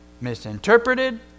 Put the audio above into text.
misinterpreted